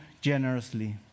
generously